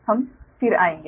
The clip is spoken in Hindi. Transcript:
हम फिर आएंगे